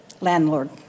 landlord